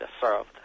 served